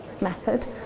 method